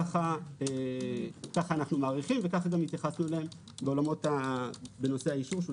כך אנו מעריכים וכך התייחסנו אליהם בנושא האישור.